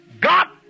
got